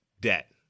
debt